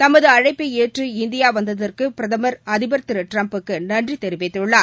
தமது அழைப்பை ஏற்று இந்தியா வந்ததற்கு பிரதமர் அதிபர் திரு ட்டிரம்புக்கு நன்றி தெரிவித்துள்ளார்